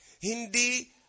hindi